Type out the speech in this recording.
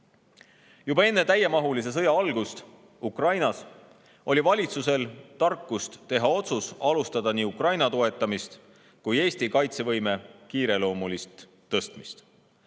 Juba enne täiemahulise sõja algust Ukrainas oli valitsusel tarkust teha otsus alustada nii Ukraina toetamist kui ka Eesti kaitsevõime kiireloomulist tõstmist.